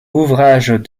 ouvrage